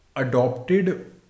adopted